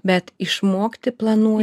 bet išmokti planuo